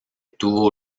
tuvo